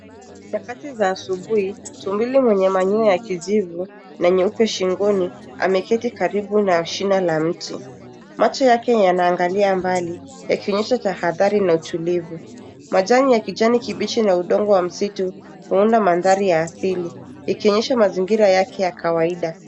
Nyakati za asubuhi, tumbili mwenye manyoya ya kijivu na nyeupe shingoni ameketi karibu na shina la mti. Macho yake yenye yanaangalia mbali yakionyesha tahadhari na utulivu. Majani ya kijani kibichi na udongo wa msitu unaona mandhari ya asili ikionyesha mazingira yake ya kawaida.